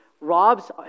robs